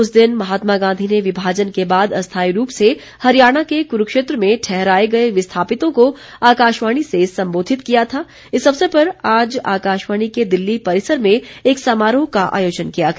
उस दिन महात्मा गांधी ने विभाजन के बाद अस्थायी रूप से हरियाणा के कुरूक्षेत्र में ठहराए गए विस्थापितों को आकाशवाणी से संबोधित किया था इस अवसर पर आज आकाशवाणी के दिल्ली परिसर में एक समारोह का आयोजन किया गया